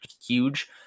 huge